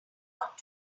lot